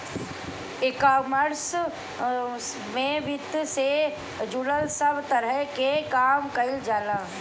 ecommerce में वित्त से जुड़ल सब तहरी के काम कईल जाला